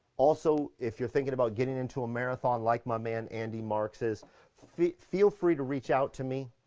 also if you're thinking about getting into a marathon like my man andy marx's feel feel free to reach out to me